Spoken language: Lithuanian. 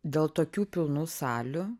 dėl tokių pilnų salių